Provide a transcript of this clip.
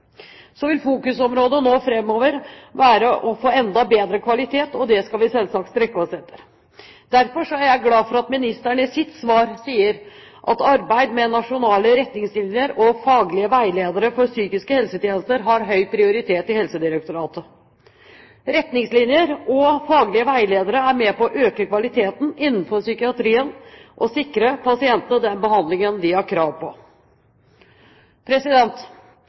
Så vil fokusområdet nå framover være å få enda bedre kvalitet, og det skal vi selvsagt strekke oss etter. Derfor er jeg glad for at ministeren i sitt svar sier at arbeid med nasjonale retningslinjer og faglige veiledere for psykiske helsetjenester har høy prioritet i Helsedirektoratet. Retningslinjer og faglige veiledere er med på å øke kvaliteten innenfor psykiatrien og sikrer pasientene den behandlingen de har krav på.